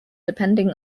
depending